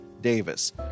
Davis